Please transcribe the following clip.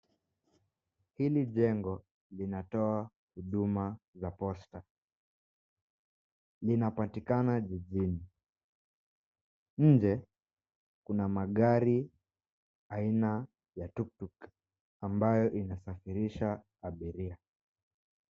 Hili jengo linatoa huduma za posta. Linapatikana jijini. Njee kuna magari aina ya tuktuk ambayo inasafirisha abiria.